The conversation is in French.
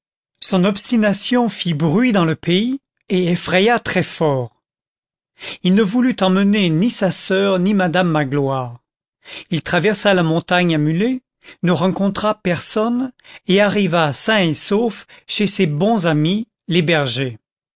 son obstination fit bruit dans le pays et effraya très fort il ne voulut emmener ni sa soeur ni madame magloire il traversa la montagne à mulet ne rencontra personne et arriva sain et sauf chez ses bons amis les bergers